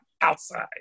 outside